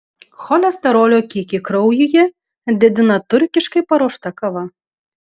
cholesterolio kiekį kraujuje didina turkiškai paruošta kava